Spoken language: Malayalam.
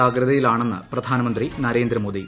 ജാഗ്രതയിലാണെന്ന് പ്രധാനമന്ത്രി നരേന്ദ്രമോദി